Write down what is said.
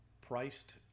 priced